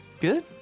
Good